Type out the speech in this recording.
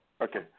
Okay